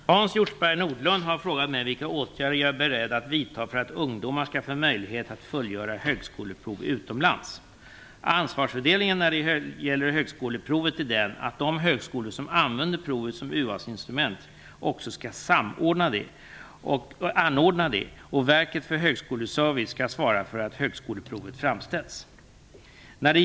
Fru talman! Hans Hjortzberg-Nordlund har frågat mig vilka åtgärder jag är beredd att vidta för att ungdomar skall få möjlighet att fullgöra högskoleprov utomlands. Ansvarsfördelningen när det gäller högskoleprovet är den att de högskolor som använder provet som urvalsinstrument också skall anordna det, och Verket för högskoleservice skall svara för att högskoleprovet framställs.